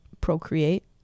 procreate